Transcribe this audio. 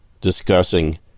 discussing